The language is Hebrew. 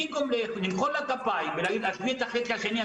במקום למחוא לה כפיים ולהגיד לה: עזבי את החצי השני,